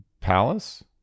Palace